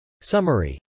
Summary